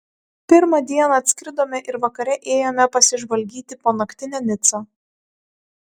pirmą dieną atskridome ir vakare ėjome pasižvalgyti po naktinę nicą